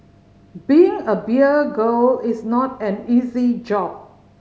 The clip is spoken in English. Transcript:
being a beer girl is not an easy job